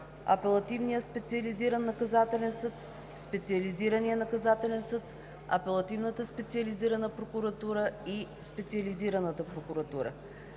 Апелативния специализиран наказателен съд, Специализирания наказателен съд, Апелативната специализирана прокуратура и Специализираната прокуратура.